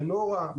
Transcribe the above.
מנורה,